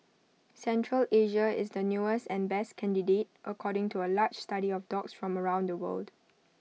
Central Asia is the newest and best candidate according to A large study of dogs from around the world